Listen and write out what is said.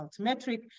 Altmetric